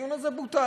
הדיון הזה בוטל,